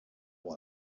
that